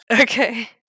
Okay